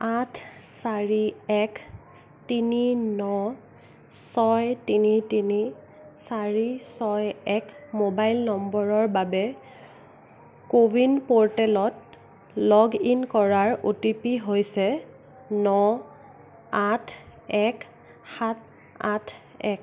আঠ চাৰি এক তিনি ন ছয় তিনি তিনি চাৰি ছয় এক মোবাইল নম্বৰৰ বাবে কো ৱিন প'ৰ্টেলত লগ ইন কৰাৰ অ'টিপি হৈছে ন আঠ এক সাত আঠ এক